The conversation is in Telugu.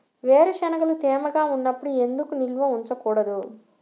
వేరుశనగలు తేమగా ఉన్నప్పుడు ఎందుకు నిల్వ ఉంచకూడదు?